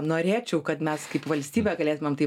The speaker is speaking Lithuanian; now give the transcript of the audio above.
norėčiau kad mes kaip valstybę galėtumėm tai